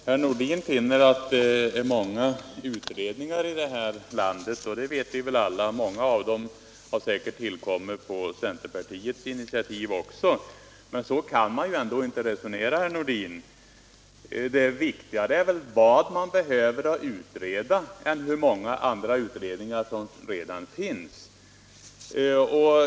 Herr talman! Herr Nordin åberopar att det pågår många utredningar här i landet, och det vet vi väl alla. Många av dem har säkert också tillkommit på centerpartiets initiativ. Men så kan man inte resonera, herr Nordin. Det är viktigare att få klart för sig vad som behöver utredas än att påpeka hur många andra utredningar som redan pågår.